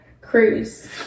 cruise